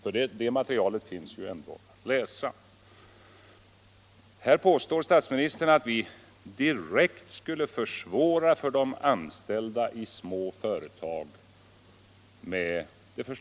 Statsministern påstår att vi med de förslag som vi har lagt fram direkt skulle försvåra för de anställda i små företag.